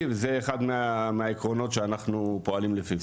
וזה אחד מהעקרונות שאנחנו פועלים לפיו.